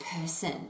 person